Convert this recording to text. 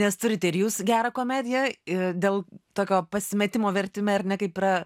nes turite ir jūs gerą komediją ir dėl tokio pasimetimo vertime ar ne kaip yra